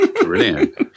Brilliant